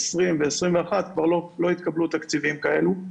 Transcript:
2020 ו-2021 כבר לא התקבלו תקציבים כאלו.